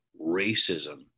racism